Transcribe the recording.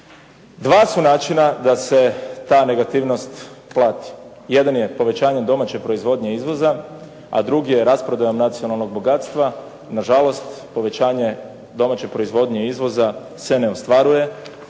Dva su načina da se ta negativnost plati. Jedan je povećanje domaće proizvodnje izvoza, a drugi je rasprodajom nacionalnog bogatstva. Na žalost povećanje domaće proizvodnje izvoza se ne ostvaruje